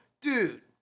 dude